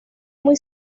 muy